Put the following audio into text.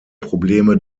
probleme